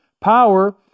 power